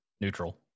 neutral